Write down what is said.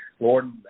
Lord